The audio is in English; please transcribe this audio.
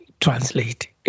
translate